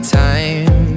time